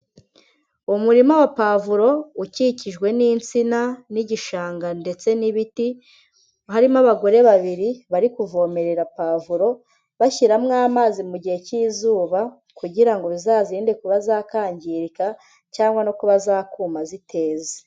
Umurima wa pavro, ukikijwe n'insina n'igishanga ndetse n'ibiti. Harimo abagore babiri, bari kuvomerera pavro, bashyiramo amazi mu gihe cy'izuba, kugira ngo bizazinde kuba zakangirika, cyangwa no kuba zakuma ziteze.